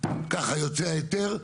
ככה יוצא ההיתר,